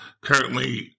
Currently